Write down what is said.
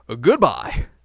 Goodbye